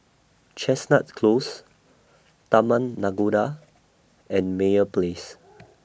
Chestnut Close Taman Nakhoda and Meyer Place